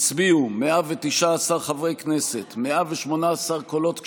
הצביעו 119 חברי כנסת, 118 קולות כשרים,